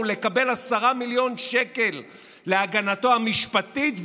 לקבל 10 מיליון שקלים להגנתו המשפטית,